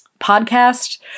podcast